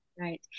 Right